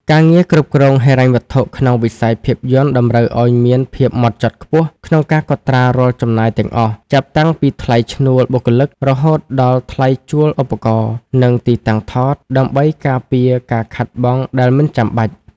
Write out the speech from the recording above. ការងារគ្រប់គ្រងហិរញ្ញវត្ថុក្នុងវិស័យភាពយន្តតម្រូវឱ្យមានភាពហ្មត់ចត់ខ្ពស់ក្នុងការកត់ត្រារាល់ចំណាយទាំងអស់ ចាប់តាំងពីថ្លៃឈ្នួលបុគ្គលិក រហូតដល់ថ្លៃជួលឧបករណ៍ និងទីតាំងថត ដើម្បីការពារការខាតបង់ដែលមិនចាំបាច់។